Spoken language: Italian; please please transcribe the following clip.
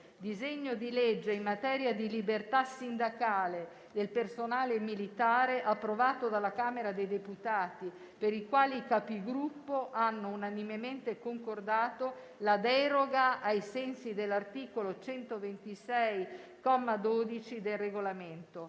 disegno di legge in materia di libertà sindacale del personale militare, approvato dalla Camera dei deputati, per il quale i Capigruppo hanno unanimemente concordato la deroga ai sensi dell'articolo 126, comma 12, del Regolamento.